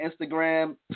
instagram